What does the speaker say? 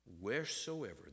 Wheresoever